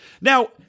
Now